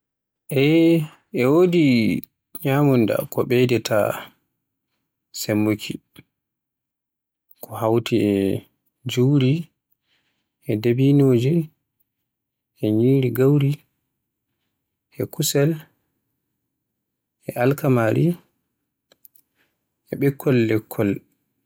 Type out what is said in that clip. Eey e wodi ñyamunda ko ɓeydanta sembuuki ko hawti e juri, e debinoje, ñyiri gawri, e kusel, e alkamaari, e ɓikkol lekkol.